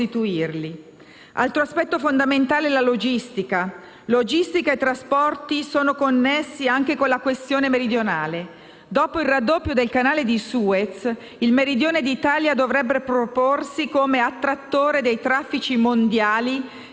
Altro aspetto fondamentale è la logistica. Logistica e trasporti sono connessi anche con la questione meridionale. Dopo il raddoppio del Canale di Suez, il Meridione d'Italia dovrebbe proporsi come attrattore dei traffici mondiali